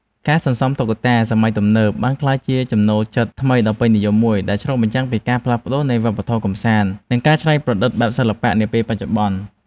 ការសន្សំតុក្កតាបែបសម័យទំនើបបានក្លាយជាចំណូលចិត្តថ្មីដ៏ពេញនិយមមួយ ដែលឆ្លុះបញ្ចាំងពីការផ្លាស់ប្តូរនៃវប្បធម៌ការកម្សាន្ត និងការច្នៃប្រឌិតបែបសិល្បៈនាពេលបច្ចុប្បន្ន។